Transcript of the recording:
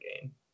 game